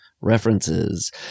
references